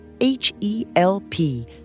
H-E-L-P